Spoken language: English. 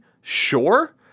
sure